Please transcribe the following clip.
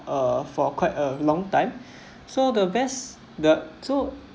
uh for quite a long time so the best the two